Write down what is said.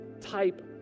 type